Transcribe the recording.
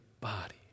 body